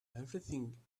everything